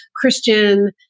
Christian